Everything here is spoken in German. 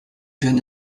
werden